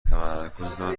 تمرکزتان